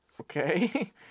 Okay